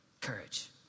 courage